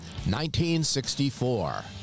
1964